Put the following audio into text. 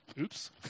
oops